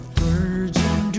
virgin